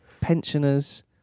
pensioners